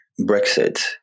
Brexit